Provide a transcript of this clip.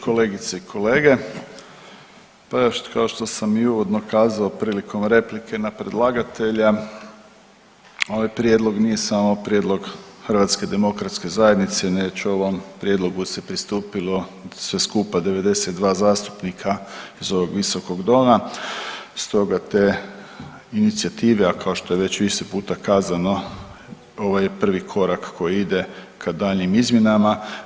Kolegice i kolege, pa evo kao što sam i uvodno kazao prilikom replike na predlagatelja ovaj prijedlog nije samo prijedlog HDZ-a već ovom prijedlogu se pristupilo sve skupa 92 zastupnika iz ovog visokog doma, stoga te inicijative a kao što je već više puta kazano ovo je prvi korak koji ide ka daljnjim izmjenama.